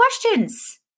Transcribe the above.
questions